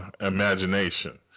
imagination